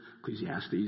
Ecclesiastes